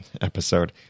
episode